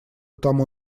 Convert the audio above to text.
тому